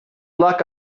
luck